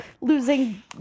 losing